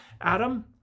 Adam